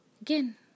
again